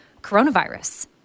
coronavirus